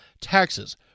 taxes